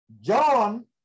John